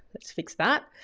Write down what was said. let's fix that.